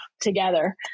together